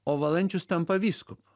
o valančius tampa vyskupu